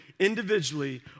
Individually